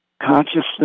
consciousness